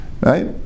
Right